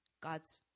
God's